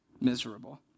miserable